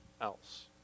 else